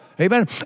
Amen